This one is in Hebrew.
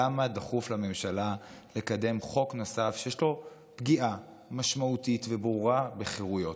למה דחוף לממשלה לקדם חוק נוסף שיש בו פגיעה משמעותית וברורה בחירויות,